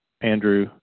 Andrew